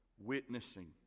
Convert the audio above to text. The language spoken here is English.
Witnessing